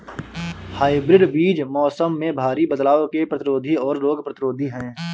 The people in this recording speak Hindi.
हाइब्रिड बीज मौसम में भारी बदलाव के प्रतिरोधी और रोग प्रतिरोधी हैं